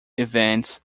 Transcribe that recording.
events